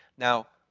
now,